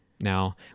Now